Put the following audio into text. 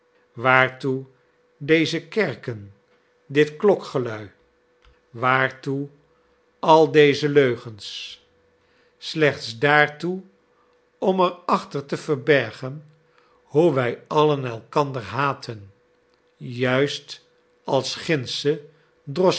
waartoe deze kerken dit klokgelui waartoe al deze leugens slechts daartoe om er achter te verbergen hoe wij allen elkander haten juist als